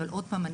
אבל עוד פעם,